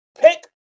pick